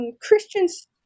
Christians